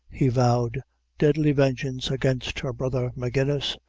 he vowed deadly vengeance against her brother, magennis,